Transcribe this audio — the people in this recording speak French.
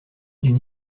d’une